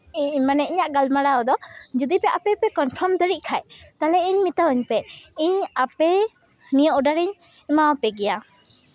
ᱢᱟᱱᱮ ᱤᱧᱟᱹᱜ ᱜᱟᱞᱢᱟᱨᱟᱣ ᱫᱚ ᱡᱩᱫᱤ ᱯᱮ ᱟᱯᱮ ᱯᱮ ᱠᱚᱱᱯᱷᱟᱨᱢ ᱫᱟᱲᱮᱭᱟᱜ ᱠᱷᱟᱱ ᱛᱟᱦᱚᱞᱮ ᱤᱧ ᱢᱮᱛᱟᱣᱟᱹᱧ ᱯᱮ ᱤᱧ ᱟᱯᱮ ᱱᱤᱭᱟᱹ ᱚᱰᱟᱨᱤᱧ ᱮᱢᱟ ᱯᱮ ᱜᱮᱭᱟ